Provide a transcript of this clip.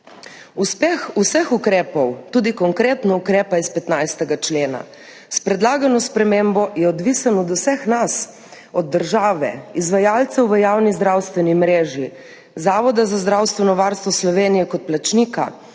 Uspeh vseh ukrepov, tudi konkretno ukrepa iz 15. člena, s predlagano spremembo je odvisen od vseh nas, od države, izvajalcev v javni zdravstveni mreži, Zavoda za zdravstveno varstvo Slovenije kot plačnika,